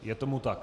Je tomu tak.